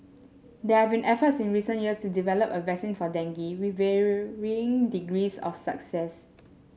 there have been efforts in recent years to develop a vaccine for dengue with varying degrees of success